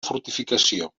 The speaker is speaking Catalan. fortificació